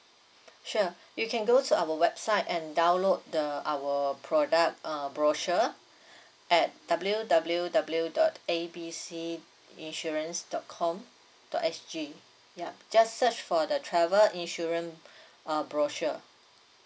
sure you can go to our website and download the our product uh brochure at W W W dot A B C insurance dot com dot S G yup just search for the travel insurance uh brochure